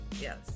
Yes